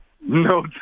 No